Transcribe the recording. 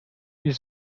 ils